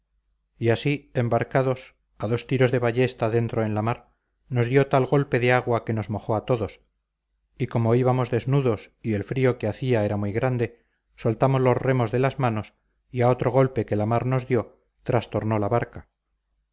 y así embarcados a dos tiros de ballesta dentro en la mar nos dio tal golpe de agua que nos mojó a todos y como íbamos desnudos y el frío que hacía era muy grande soltamos los remos de las manos y a otro golpe que la mar nos dio trastornó la barca